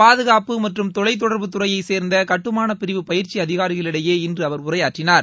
பாதுகாப்பு மற்றும் தொலைத்தொடர்புத்துறையை சேர்ந்த கட்டுமான பிரிவு பயிற்சி அதிகாரிகளிடையே இன்று அவர் உரையாற்றினார்